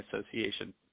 Association